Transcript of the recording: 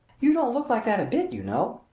you don't look like that a bit, you know!